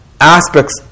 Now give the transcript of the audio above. aspects